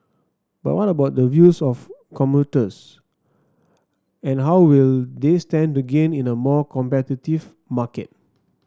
but what about the views of commuters and how will they stand to gain in a more competitive market